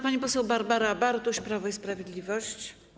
Pani poseł Barbara Bartuś, Prawo i Sprawiedliwość.